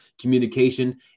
communication